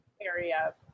area